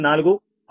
946